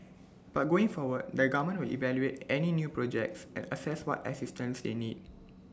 but going forward the government will evaluate any new projects and assess what assistance they need